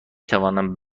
توانم